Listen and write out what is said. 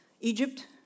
Egypt